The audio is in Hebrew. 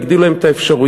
והגדילו להן את האפשרויות,